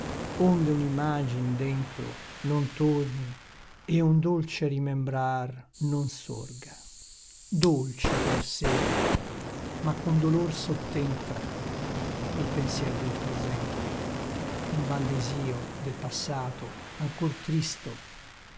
onde un'immagin dentro non torni e un dolce rimembrar non sorga dolce per sé ma con dolor sottentra il pensier del presente un van desio del passato ancor tristo